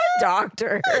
doctor